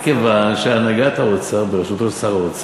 מכיוון שהנהגת האוצר בראשותו של שר האוצר,